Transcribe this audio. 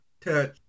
touch